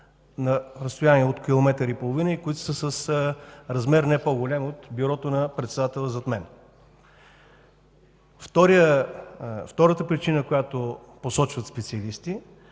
на разстояние от километър и половина и които са с размер не по-голям от бюрото на председателя зад мен. Втората причина, която посочват специалисти,